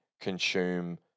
consume